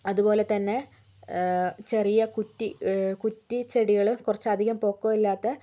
അതുപോലെ തന്നെ ചെറിയ കുറ്റി കുറ്റി ചെടികള് കുറച്ച് അധികം പൊക്കമില്ലാത്ത